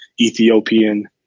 Ethiopian